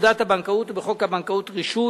בפקודת הבנקאות ובחוק הבנקאות (רישוי),